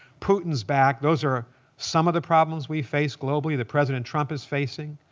putin's back, those are some of the problems we face globally, that president trump is facing,